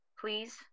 please